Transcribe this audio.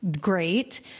great